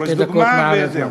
שתי דקות מעל הזמן.